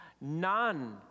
None